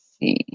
see